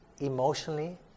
emotionally